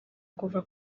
kuva